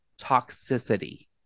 toxicity